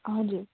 हजुर